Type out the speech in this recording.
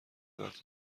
وقت